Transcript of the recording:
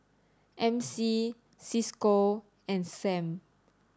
M C Cisco and Sam